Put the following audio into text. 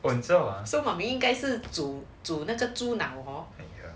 and so so mummy 应该是煮煮那个猪脑 hor